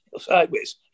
sideways